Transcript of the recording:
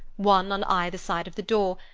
one on either side of the door,